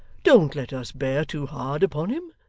don't let us bear too hard upon him.